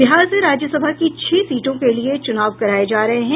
बिहार से राज्यसभा की छह सीटों के लिए च्नाव कराये जा रहे हैं